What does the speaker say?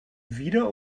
wieder